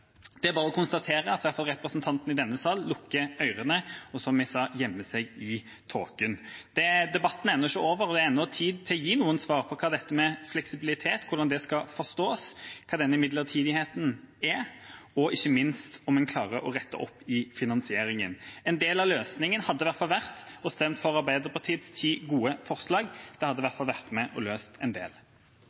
Det er bare å konstatere at i hvert fall representantene i denne sal lukker ørene og – som jeg sa – gjemmer seg i tåken. Debatten er ennå ikke over. Det er ennå tid til å gi noen svar på hvordan dette med fleksibilitet skal forstås, hva denne midlertidigheten er, og ikke minst om en klarer å rette opp i finansieringen. En del av løsningen hadde vært å stemme for Arbeiderpartiets ti gode forslag. Det hadde i hvert fall vært med og løst en del.